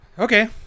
Okay